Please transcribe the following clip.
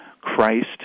Christ